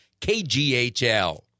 KGHL